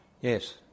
Yes